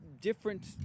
different